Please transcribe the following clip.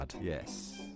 Yes